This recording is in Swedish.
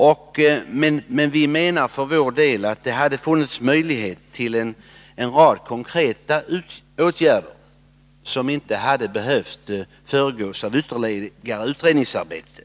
Vi menar emellertid att det hade funnits möjligheter till en rad konkreta åtgärder, som inte hade behövt föregås av ytterligare utredningsarbete.